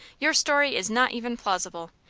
your story is not even plausible.